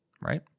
right